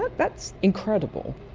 but that's incredible.